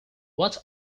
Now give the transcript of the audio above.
what